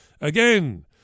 again